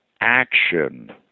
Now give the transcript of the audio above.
action